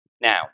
Now